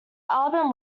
album